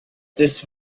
this